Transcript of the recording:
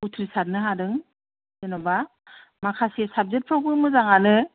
उथ्रिसारनो हादों जेन'बा माखासे साबकेटफ्रावबो मोजाङानो